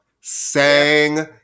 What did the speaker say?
Sang